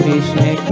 Krishna